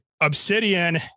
obsidian